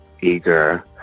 eager